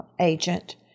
agent